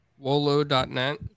wolo.net